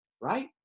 right